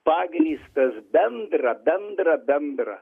pagrįstas bendra bendra bendra